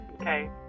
okay